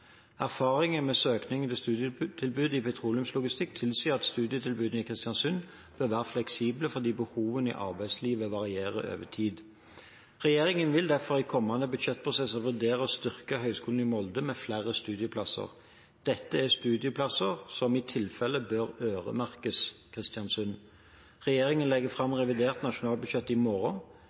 Erfaringen med søkningen til studietilbudet i petroleumslogistikk tilsier at studietilbudene i Kristiansund bør være fleksible, fordi behovene i arbeidslivet varierer over tid. Regjeringen vil derfor i kommende budsjettprosesser vurdere å styrke Høgskolen i Molde med flere studieplasser som i tilfelle bør øremerkes Kristiansund. Regjeringen legger fram revidert nasjonalbudsjett i morgen.